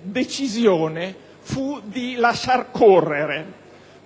decisero di lasciar correre,